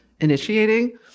initiating